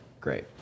great